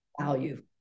value